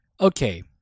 okay